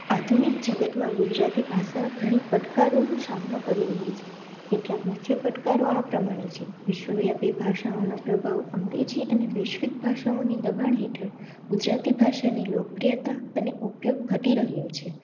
આધુનિક જગતમાં ગુજરાતી ભાષા ઘણી પડકારોનો સામનો કરી રહી છે કેટલાક મુખ્ય પડકારો આ પ્રમાણે છે વિશ્વવ્યાપી ભાષાઓનો પ્રભાવ અંગ્રેજી અને વૈશ્વિક ભાષાઓની દબાણ હેઠળ ગુજરાતી ભાષાની લોકપ્રિયતા અને ઉપયોગ ઘટી રહ્યો છે